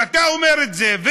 ואתה אומר את זה,